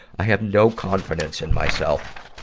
i have no confidence in myself